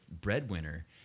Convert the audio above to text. Breadwinner